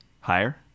Higher